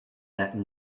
that